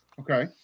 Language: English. Okay